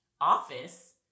office